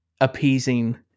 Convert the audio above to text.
appeasing